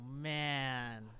man